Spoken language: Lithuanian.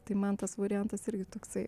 tai man tas variantas irgi toksai